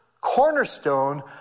cornerstone